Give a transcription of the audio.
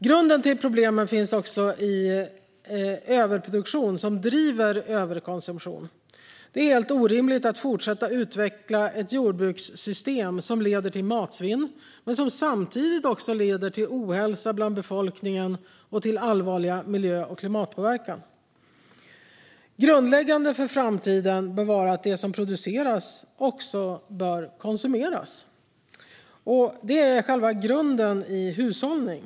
Grunden till problemen finns också i överproduktion, som driver överkonsumtion. Det är helt orimligt att fortsätta utveckla ett jordbrukssystem som leder till matsvinn och samtidigt till ohälsa bland befolkningen och allvarlig miljö och klimatpåverkan. Grundläggande för framtiden bör vara att det som produceras också konsumeras. Detta är själva grunden i hushållning.